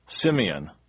Simeon